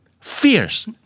fierce